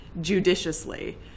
judiciously